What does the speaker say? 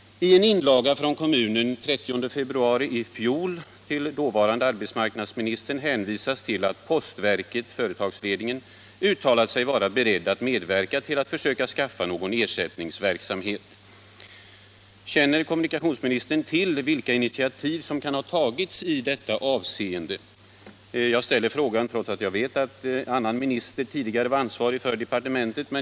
I en inlaga från kommunen av den 13 februari i fjol till dåvarande arbetsmarknadsministern hänvisas till att postverket/företagsledningen sagt sig vara beredd att medverka till att skaffa ersättningsverksamhet. Känner kommunikationsministern till vilka initiativ som kan ha tagits i detta avseende? Jag ställer frågan trots att jag vet att en annan minister tidigare var ansvarig för departementet.